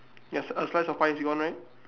there's a slice of pie is it one right